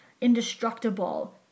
indestructible